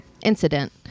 incident